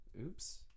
oops